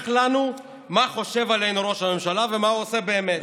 לנו מה חושב עלינו ראש הממשלה ומה הוא עושה באמת.